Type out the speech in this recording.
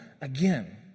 again